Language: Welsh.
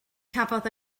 cafodd